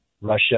Russia